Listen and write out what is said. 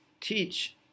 teach